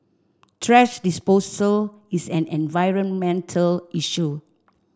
thrash disposal is an environmental issue